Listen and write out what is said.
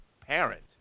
parent